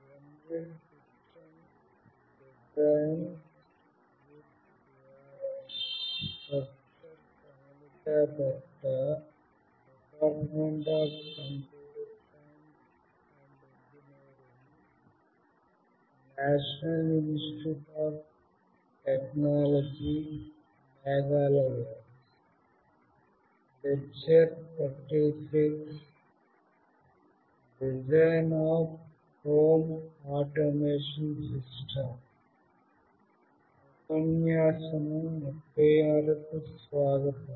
ఉపన్యాసం 36 కు స్వాగతం